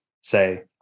say